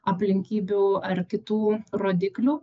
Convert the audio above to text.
aplinkybių ar kitų rodiklių